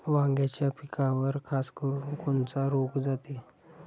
वांग्याच्या पिकावर खासकरुन कोनचा रोग जाते?